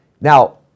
Now